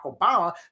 Obama